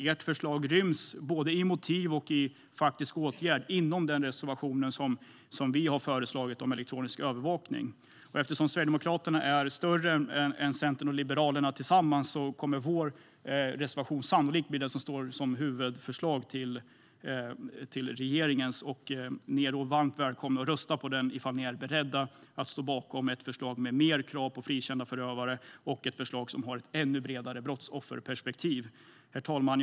Ert förslag ryms vad gäller både motiv och faktisk åtgärd inom vår reservation om elektronisk övervakning. Eftersom Sverigedemokraterna är större än Centern och Liberalerna tillsammans kommer vår reservation sannolikt att stå som huvudförslag mot regeringens. Ni är varmt välkomna att rösta på den om ni är beredda att stå bakom ett förslag som ställer mer krav på frikända förövare och har ett ännu bredare brottsofferperspektiv. Herr talman!